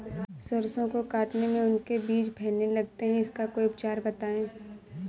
सरसो को काटने में उनके बीज फैलने लगते हैं इसका कोई उपचार बताएं?